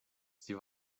sie